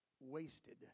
wasted